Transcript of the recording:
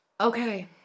Okay